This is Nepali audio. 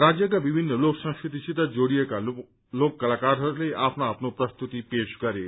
राज्यको विभित्र लोक संस्कृतिसित जोड़िएका लोक कलाकारहरूले आफ्नो आफ्नो प्रस्तुति पेश गरे